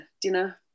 dinner